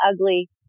ugly